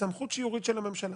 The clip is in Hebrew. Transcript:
סמכות שיורית של הממשלה,